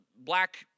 black